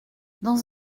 dans